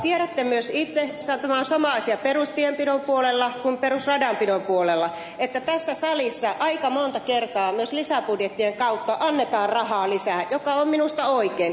tiedätte myös itse tämä on sama asia perustienpidon puolella kuin perusradanpidon puolella että tässä salissa aika monta kertaa myös lisäbudjettien kautta annetaan rahaa lisää mikä on minusta oikein